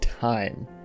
time